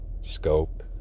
scope